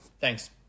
Thanks